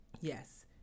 Yes